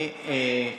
הוא לא מוגבל בזמן.